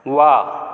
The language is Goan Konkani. व्वा